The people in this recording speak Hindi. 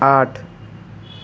आठ